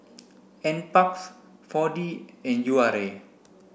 N Parks four D and U R A